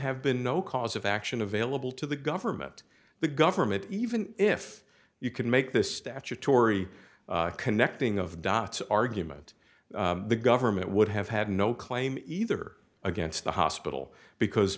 have been no cause of action available to the government the government even if you could make this statutory connecting of dots argument the government would have had no claim either against the hospital because